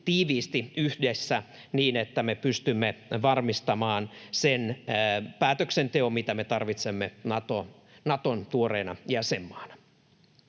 tiiviisti yhdessä niin, että me pystymme varmistamaan sen päätöksenteon, mitä me tarvitsemme Naton tuoreena jäsenmaana.